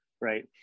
right